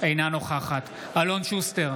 אינה נוכחת אלון שוסטר,